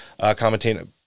commentating –